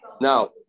Now